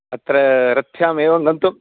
अत्र रथ्यामेवं गन्तुम्